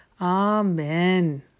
Amen